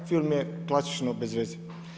Film je klasično bezveze.